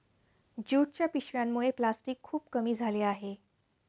ज्यूटच्या पिशव्यांमुळे प्लॅस्टिक खूप कमी झाले आहे